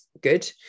good